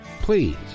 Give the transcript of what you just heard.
Please